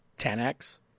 10X